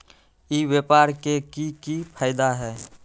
ई व्यापार के की की फायदा है?